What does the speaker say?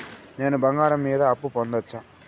నేను బంగారం మీద అప్పు పొందొచ్చా?